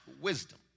wisdom